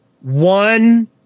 one